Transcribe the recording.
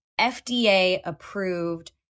FDA-approved